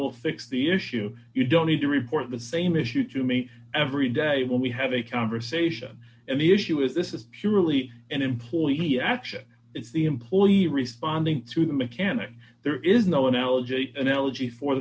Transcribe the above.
will fix the issue you don't need to report the same issue to me every day when we have a conversation and the issue is this is purely an employee action is the employee responding to the mechanic there is no analogy analogy for